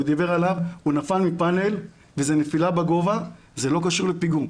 נפל מפאנל וזו נפילה מגובה וזה לא קשור לפיגום.